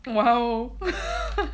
!wow!